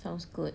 sounds good